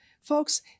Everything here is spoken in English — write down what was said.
Folks